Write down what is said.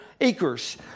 acres